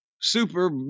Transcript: super